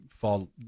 fall